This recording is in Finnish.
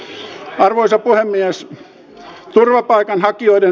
arvoisa puhemies